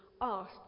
asked